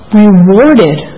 rewarded